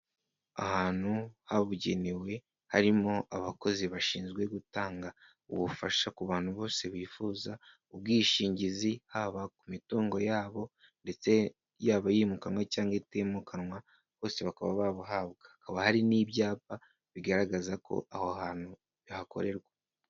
Ahantu habugenewe harimo abakozi bashinzwe gutanga ubufasha ku bantu bose bifuza ubwishingizi haba ku mitungo yabo ndetse yaba yimukanywe cyangwa itimukanwa, bose bakaba babuhabwa, hakaba hari n'ibyapa bigaragaza ko aho hantu bihakorerwa.